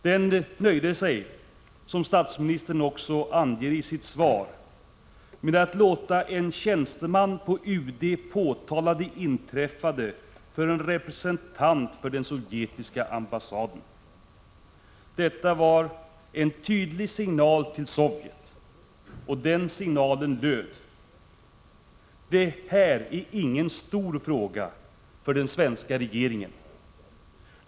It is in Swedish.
Den nöjde sig, som statsministern också anger i sitt svar, med att låta en tjänsteman på UD påtala det inträffade för en representant för den sovjetiska ambassaden. Detta var en tydlig signal till Sovjet. Och den signalen löd: Det här är ingen stor fråga för den svenska regeringen.